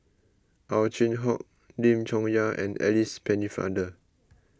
Ow Chin Hock Lim Chong Yah and Alice Pennefather